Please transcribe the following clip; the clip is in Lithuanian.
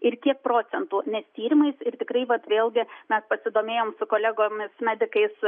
ir kiek procentų nes tyrimais ir tikrai vat vėlgi mes pasidomėjom su kolegomis medikais